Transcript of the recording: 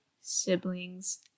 siblings